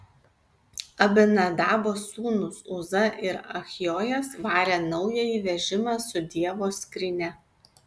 abinadabo sūnūs uza ir achjojas varė naująjį vežimą su dievo skrynia